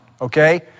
okay